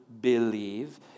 believe